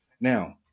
Now